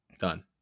Done